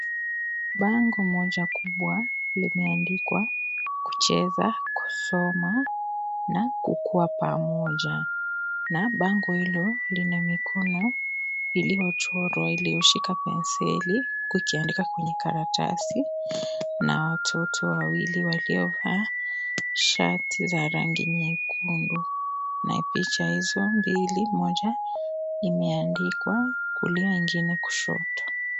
Bango moja kubwa limeandikwa Kucheza, Kusoma na Kukua Pamoja, na bango hilo lina mikono iliyochorwa ilioshika penseli huku ikiandika kwenye karatasi na watoto wawili waliovaa shati la rangi nyekundu na picha hizo mbili moja, imeandikwa kulia, ingine kushoto.